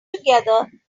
together